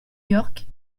york